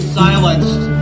silenced